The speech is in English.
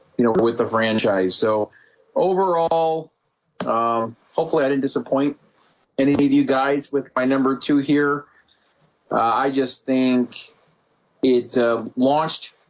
you know with the franchise so overall hopefully i didn't disappoint any of you guys with my number two here i just think it launched